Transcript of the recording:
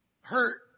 hurt